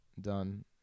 done